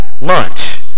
lunch